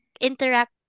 interact